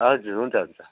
हजुर हुन्छ हुन्छ